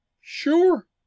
Sure